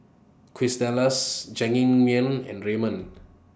Quesadillas Jajangmyeon and Ramen